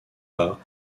pas